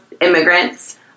immigrants